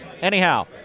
Anyhow